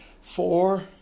Four